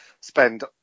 spend